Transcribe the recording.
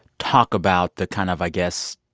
talk about the kind of, i guess,